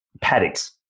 paddocks